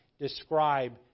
describe